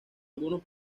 algunos